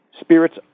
spirits